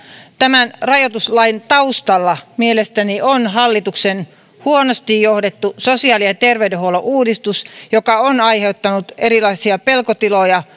tämän rajoituslain taustalla mielestäni on hallituksen huonosti johdettu sosiaali ja terveydenhuollon uudistus joka on aiheuttanut erilaisia pelkotiloja